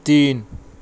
تین